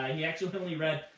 and he actually only read,